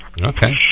Okay